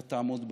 אתה תעמוד בהם.